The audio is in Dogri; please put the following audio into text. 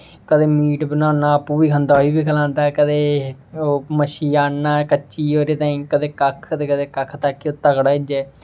कदें मीट बनाना आपूं बी खंदा एह् बी खलांदा कदें ओह् मच्छी आनना कच्ची ओहदे ताहीं कदें कक्ख ते कदें कदें कक्ख ताकि ओह् तगड़ा होई जाए